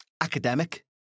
academic